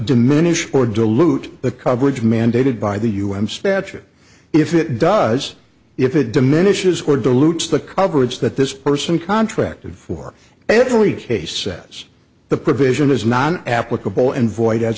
diminish or dilute the coverage mandated by the un statute if it does if it diminishes or dilutes the coverage that this person contracted for every case says the provision is not applicable and void as